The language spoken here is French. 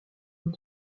vous